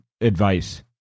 advice